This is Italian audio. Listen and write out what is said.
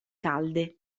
calde